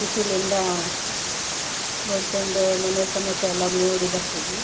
ಖುಷಿಲಿಂದ ನೋಡ್ಕೊಂಡು ಮನೆ ಸಮೇತ ಎಲ್ಲಾರು ನೋಡಿ ಬರ್ತಿದ್ವಿ